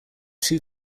two